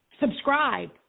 subscribe